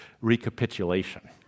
recapitulation